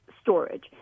storage